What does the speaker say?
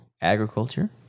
agriculture